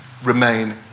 remain